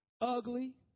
ugly